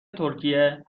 ترکیه